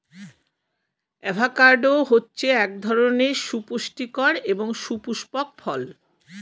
avocado হচ্ছে এক ধরনের সুপুস্টিকর এবং সুপুস্পক ফল